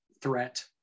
threat